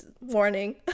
warning